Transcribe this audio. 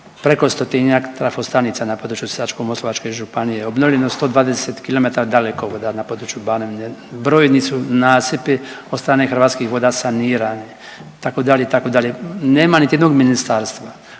preko 100-tinjak trafostanica na području Sisačko-moslavačke županije, obnovljeno 120 kilometara dalekovoda na području Banovine, brojni su nasipi od strane Hrvatskih voda sanirani itd. itd. Nema niti jednog ministarstva